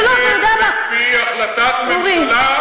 היא עובדת לפי החלטת ממשלה,